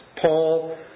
Paul